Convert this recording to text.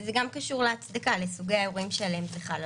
זה גם קשור להצדקה, לסוגי האירועים שעליהם זה חל.